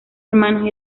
hermanos